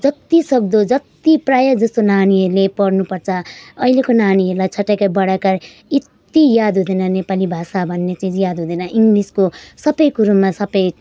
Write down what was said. जत्ति सक्दो जत्ति प्राय जस्तो नानीहरूले पढ्नुपर्छ अहिलेको नानीहरूलाई छोटा इकार बडा इकार यति याद हुँदैन नेपाली भाषा भन्ने चिज याद हुँदैन इङ्ग्लिसको सबै कुरोमा सबै